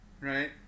right